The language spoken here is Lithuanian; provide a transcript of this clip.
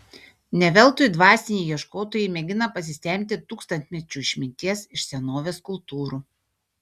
ne veltui dvasiniai ieškotojai mėgina pasisemti tūkstantmečių išminties iš senovės kultūrų